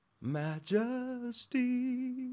majesty